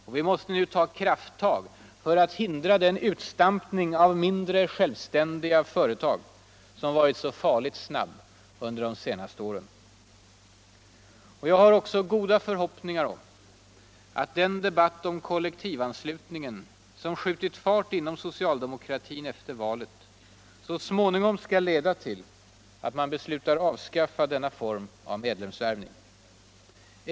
Och vi måste nu ta krafttag för att mMotverka den utstampning av mindre, självständiga företag som varit så farligt snabb under de senaste åren. Jag har också goda förhoppningar om att den debatt om kollektivanslutningen som skjutit fart inom soctaldemokratin efter valet så småningom skall leda till att man beslutar avskaffa denna form av medlemsvärvning.